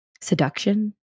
seduction